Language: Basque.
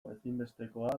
ezinbestekoa